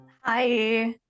Hi